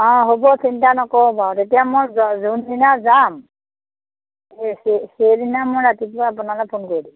অঁ হ'ব চিন্তা নকৰোঁ বাৰু তেতিয়া মোৰ য যোনদিনা যাম সে সেইদিনা মই ৰাতিপুৱা আপোনালৈ ফোন কৰি দিম